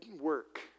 work